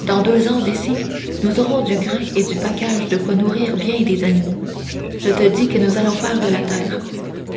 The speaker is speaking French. dans deux ans d'ici nous aurons du grain et du pacage de quoi nourrir bien des animaux je te dis que nous allons faire de la terre